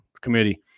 committee